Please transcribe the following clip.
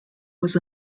was